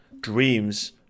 Dreams